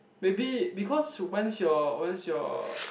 maybe because once your once your